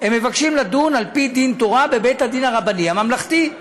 והם מבקשים לדון על-פי דין תורה בבית-הדין הרבני הממלכתי.